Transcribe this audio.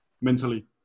mentally